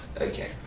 Okay